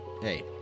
hey